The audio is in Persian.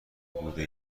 بوده